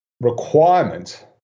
requirement